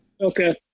Okay